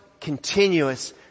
continuous